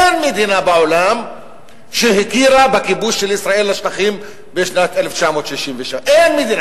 אין מדינה בעולם שהכירה בכיבוש של ישראל בשטחים בשנת 1967. אין מדינה,